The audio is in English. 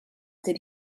did